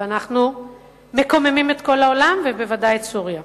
אבל אנחנו מקוממים את כל העולם ובוודאי את סוריה.